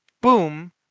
boom